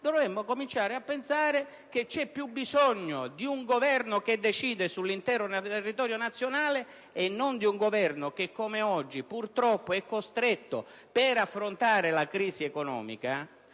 dobbiamo cominciare a pensare che c'è più bisogno di un Governo che decide sull'intero territorio nazionale e non di un Governo che, come accade oggi, è purtroppo costretto, per affrontare la crisi economica,